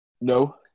No